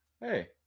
hey